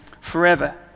forever